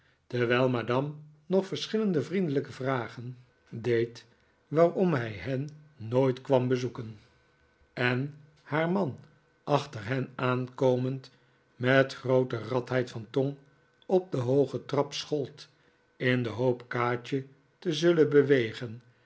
terwijl madame nog verschillende vriendelijke vragen deed kaatje heeft een betrekking waarom hij hen nooit kwam bezoekeh en haar man achter hen aankomend met groote radheid van tong op de hooge trap schold in de hoop kaatje te zullen bewegen